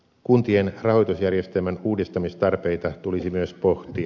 kuntien rahoitusjärjestelmän uudistamistarpeita tulisi myös pohtia